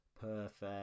Perfect